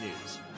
News